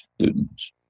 students